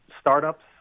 startups